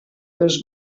dos